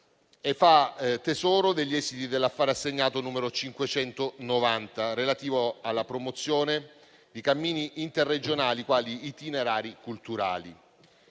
e fa tesoro degli esiti dell'Affare assegnato n. 590, relativo alla promozione di cammini interregionali quali itinerari culturali,